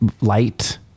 light